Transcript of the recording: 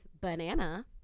banana